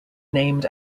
named